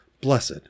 Blessed